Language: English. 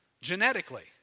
Genetically